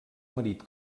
marit